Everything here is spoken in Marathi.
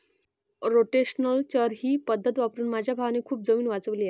रोटेशनल चर ही पद्धत वापरून माझ्या भावाने खूप जमीन वाचवली आहे